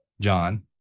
john